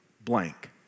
blank